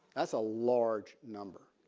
that's a large number.